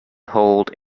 hold